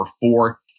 four